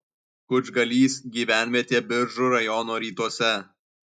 kučgalys gyvenvietė biržų rajono rytuose